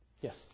Yes